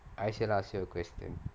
I shall ask you question